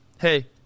hey